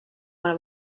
one